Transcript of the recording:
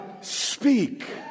speak